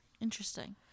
Interesting